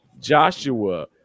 Joshua